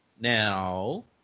Now